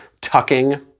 tucking